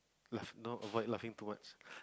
laugh don't avoid laughing too much